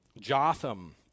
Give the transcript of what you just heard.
Jotham